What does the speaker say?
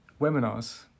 webinars